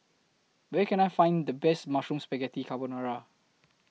Where Can I Find The Best Mushroom Spaghetti Carbonara